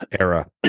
era